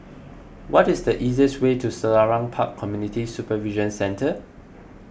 what is the easiest way to Selarang Park Community Supervision Centre